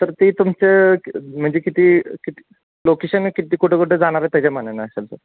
sir ते तुमचं म्हणजे किती किती लोकेशन किती कुठं कुठं जाणार त्याच्यामनाने असेल सर